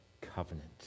covenant